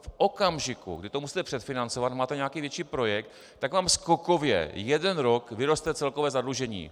V okamžiku, kdy to musíte předfinancovat, máte nějaký větší projekt, tak vám skokově jeden rok vyroste celkové zadlužení.